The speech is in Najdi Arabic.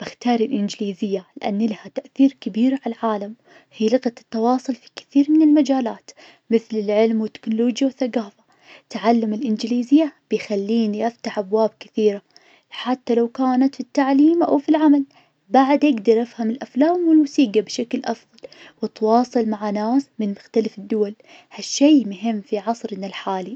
باختار الإنجليزية, لأن لها تأثير كبير عالعالم, هي لغة التواصل في كثير من المجالات, مثل العلم والتكنولوجيا والثقافة, تعلم الإنجليزية بيخليني افتح أبواب كثيرة, حتى لو كانت في التعليم أو في العمل, بعد اقدر افهم الأفلام والموسيقى بشكل أفضل, واتواصل مع ناس من مختلف الدول؟, هالشي مهم في عصرنا الحالي.